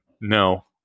no